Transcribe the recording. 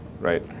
right